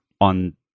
on